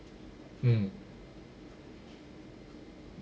mm